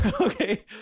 okay